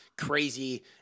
crazy